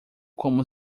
como